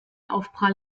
aufprall